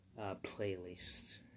playlist